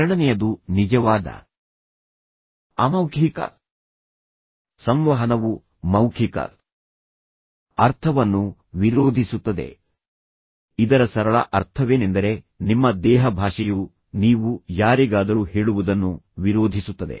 ಎರಡನೆಯದು ನಿಜವಾದ ಅಮೌಖಿಕ ಸಂವಹನವು ಮೌಖಿಕ ಅರ್ಥವನ್ನು ವಿರೋಧಿಸುತ್ತದೆ ಇದರ ಸರಳ ಅರ್ಥವೇನೆಂದರೆ ನಿಮ್ಮ ದೇಹಭಾಷೆಯು ನೀವು ಯಾರಿಗಾದರೂ ಹೇಳುವುದನ್ನು ವಿರೋಧಿಸುತ್ತದೆ